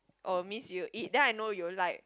oh means you eat then I know you like